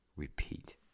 repeat